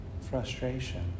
frustration